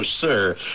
sir